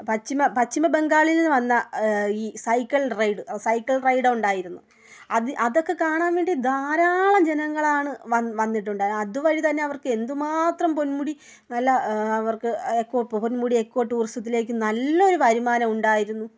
പശ്ചിമ പശ്ചിമബംഗാളിൽ നിന്ന് വന്ന ഈ സൈക്കിൾ റൈഡ് സൈക്കൾ റൈഡ് ഉണ്ടായിരുന്നു അത് അതൊക്കെ കാണാൻ വേണ്ടി ധാരാളം ജനങ്ങളാണ് വന്ന് വന്നിട്ടുണ്ട് അതുവഴി തന്നെ അവർക്ക് എന്തുമാത്രം പൊന്മുടി നല്ല അവർക്ക് പൊ പൊന്മുടി എക്കോ ടൂറിസത്തിലേയ്ക്ക് നല്ലൊരു വരുമാനമുണ്ടായിരുന്നു